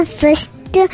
first